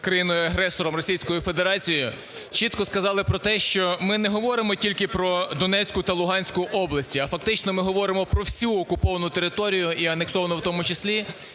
країною-агресора Російської Федерації, чітко сказали про те, що ми не говоримо тільки про Донецьку та Луганську області, а фактично ми говоримо про всю окуповану територію, і анексовану в тому числі.